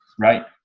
Right